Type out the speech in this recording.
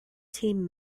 team